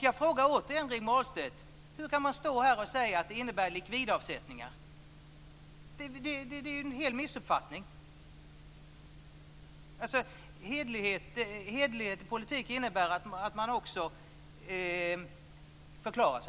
Jag frågar återigen Rigmor Ahlstedt: Hur kan man stå här och säga att det innebär likvidavsättningar? Det är ju en missuppfattning. Hederlighet i politik innebär att man också förklarar sig.